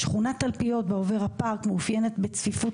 שכונת תלפיות בעובר הפארק מאופיינת בצפיפות